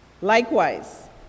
Likewise